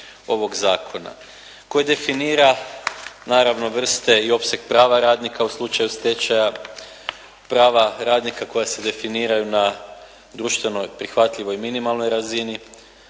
koji definira naravno vrste i opseg prava radnika u slučaju stečaja, prava radnika koja se definiraju na društveno prihvatljivoj i minimalnoj razini,